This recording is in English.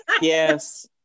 Yes